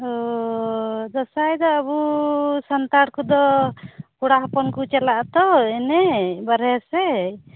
ᱚᱻ ᱫᱟᱸᱥᱟᱭ ᱫᱚ ᱟᱵᱚ ᱥᱟᱱᱛᱟᱲ ᱠᱚᱫᱚ ᱠᱚᱲᱟ ᱦᱚᱯᱚᱱ ᱠᱚ ᱪᱟᱞᱟᱜ ᱟᱛᱚ ᱮᱱᱮᱡ ᱵᱟᱨᱦᱮ ᱥᱮᱫ